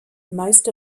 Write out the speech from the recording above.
most